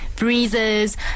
Breezes